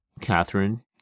Catherine